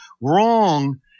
wrong